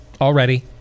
already